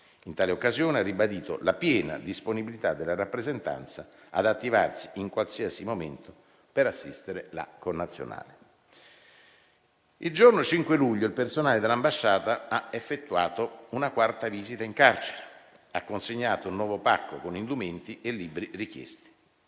In tale occasione ha ribadito la piena disponibilità della rappresentanza ad attivarsi in qualsiasi momento per assistere la connazionale. Il giorno 5 luglio il personale dell'ambasciata ha effettuato una quarta visita in carcere e ha consegnato un nuovo pacco con indumenti e libri richiesti.